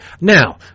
Now